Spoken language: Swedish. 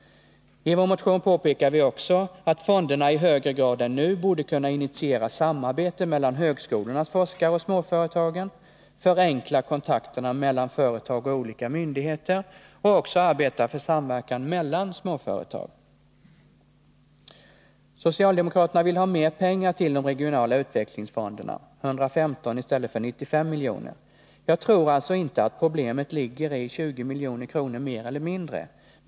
I vår motion påpekar vi också att fonderna i högre grad än nu borde kunna initiera samarbete mellan högskolornas forskare och småföretagen, förenkla kontakterna mellan företag och olika myndigheter och också arbeta för samverkan mellan småföretag. Socialdemokraterna vill ha mer pengar till de regionala utvecklingsfonderna — 115 i stället för 95 milj.kr. Jag tror alltså inte att problemet ligger i 20 milj.kr. mer eller mindre.